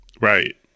Right